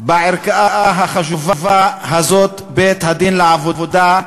בערכאה החשובה הזאת, בית-הדין לעבודה,